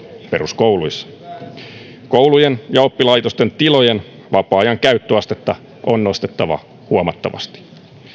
peruskouluissa koulujen ja oppilaitosten tilojen vapaa ajan käyttöastetta on nostettava huomattavasti